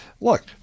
look